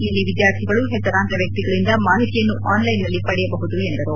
ಇಲ್ಲಿ ವಿದ್ವಾರ್ಥಿಗಳು ಹೆಸರಾಂತ ವ್ಲಕ್ತಿಗಳಿಂದ ಮಾಹಿತಿಯನ್ನು ಆನ್ಲ್ಲೆನ್ನಲ್ಲಿ ಪಡೆಯಬಹುದು ಎಂದರು